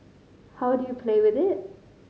how do you play with it